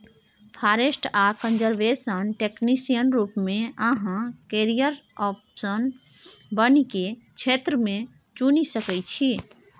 forest आ conservation technician रुप मे अहाँ कैरियर आप्शन बानिकी क्षेत्र मे चुनि सकै छी